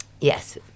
Yes